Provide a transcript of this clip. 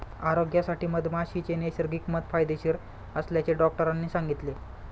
आरोग्यासाठी मधमाशीचे नैसर्गिक मध फायदेशीर असल्याचे डॉक्टरांनी सांगितले